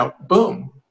boom